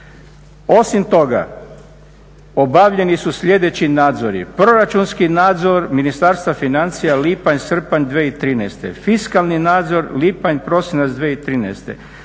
Osim toga, obavljeni su sljedeći nadzori, Proračunski nadzor Ministarstva financija lipanj, srpanj 2013. fiskalni nadzor, lipanj i prosinac 2013.,